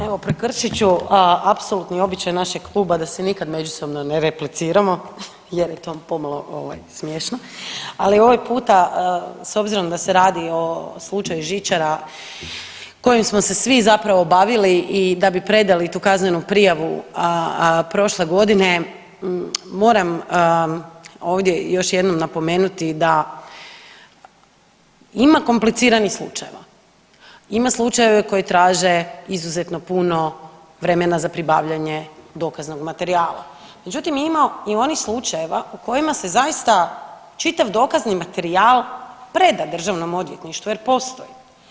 Evo prekršit ću apsolutni običaj našeg kluba da se nikad međusobno ne repliciramo jer je to pomalo smiješno, ali ovaj puta s obzirom da se radi o slučaju žičara kojim smo se svi zapravo bavili i da bi predali tu kaznenu prijavu prošle godine, moram ovdje još jednom napomenuti da ima kompliciranih slučajeva, ima slučaja koji traže izuzetno puno vremena za pribavljanje dokaznog materijala, međutim ima i onih slučajeva u kojima se zaista čitav dokazni materijal preda državnom odvjetništvu jer postoji.